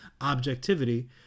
objectivity